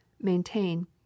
maintain